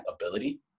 ability